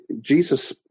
Jesus